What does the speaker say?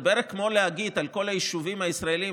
זה בערך כמו להגיד על כל היישובים הישראליים